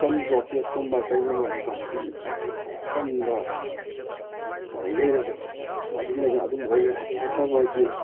ꯕꯟ ꯕ꯭ꯂꯣꯀꯦꯠꯀꯨꯝꯕ ꯀꯩꯒꯨꯝꯕ ꯂꯩꯕꯥꯛꯀꯤ ꯑꯀꯟꯕ ꯂꯩꯔꯒꯗꯤ ꯑꯗꯨꯝꯕꯅ ꯑꯗꯨꯝꯕ ꯑꯣꯏꯈ꯭ꯔꯦ ꯑꯗꯨ ꯅꯠꯇꯕꯈꯩꯗꯤ